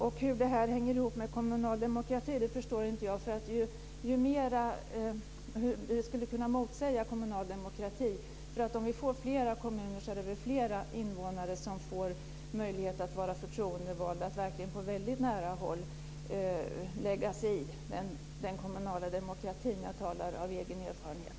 Och hur detta hänger ihop med kommunal demokrati förstår inte jag, hur det skulle kunna motsäga kommunal demokrati. Om vi får flera kommuner så är det väl flera invånare som får möjlighet att vara förtroendevalda och på väldigt nära håll lägga sig i den kommunala demokratin. Jag talar av egen erfarenhet.